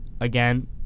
Again